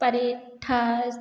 paratha